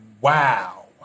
wow